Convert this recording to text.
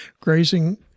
grazing